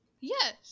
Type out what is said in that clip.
Yes